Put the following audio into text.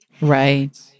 Right